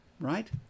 Right